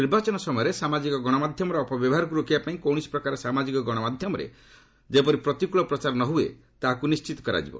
ନିର୍ବାଚନ ସମୟରେ ସାମାଜିକ ଗଣମାଧ୍ୟମର ଅପବ୍ୟବହାରକୁ ରୋକିବାପାଇଁ କୌଣସି ପ୍ରକାର ସାମାଜିକ ଗଣମାଧ୍ୟମରେ ଯେପରି ପ୍ରତିକୃଳ ପ୍ରଚାର ନ ହୁଏ ତାହାକୁ ନିଣ୍ଢିତ କରାଯିବ